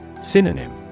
Synonym